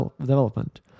development